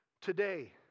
today